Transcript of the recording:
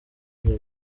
jye